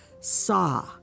saw